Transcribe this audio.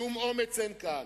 שום אומץ אין כאן,